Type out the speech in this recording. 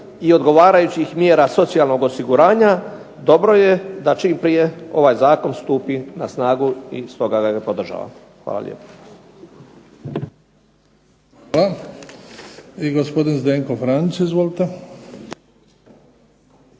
i odgovarajućih mjera socijalnog osiguranja dobro je da čim prije ovaj zakon stupi na snagu i stoga ga podržavam. Hvala lijepa. **Bebić, Luka (HDZ)** Hvala. I gospodin Zdenko Franić, izvolite.